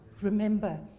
Remember